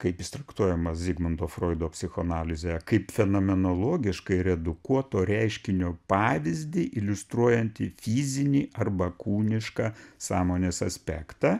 kaip jis traktuojamas zigmundo froido psichoanalizėje kaip fenomenologiškai redukuoto reiškinio pavyzdį iliustruojantį fizinį arba kūnišką sąmonės aspektą